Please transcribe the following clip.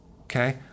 okay